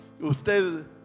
usted